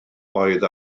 oedd